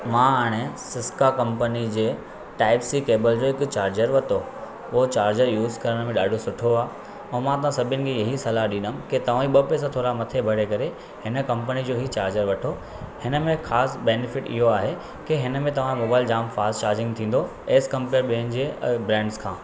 मां हाणे सिस्का कंपनी जे टाइप सी केबल जो हिकु चार्जर वरितो हो चार्जर यूज़ करण में ॾाढो सुठो आहे ऐं मां तव्हां सभिनि खे ये ही ॾिंदुमि ते की तव्हां ई ॿ पेसा थोरा मथे बड़े करे हिन कंपनी जो ई चार्जर वठो हिन में ख़ासि बेनिफिट इहो आहे की हिन में तव्हां मोबाईल जाम फ़ास्ट चार्जिंग थींदो एस कम्पेयरड ॿियनि जे ब्रैंडस खां